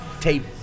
tape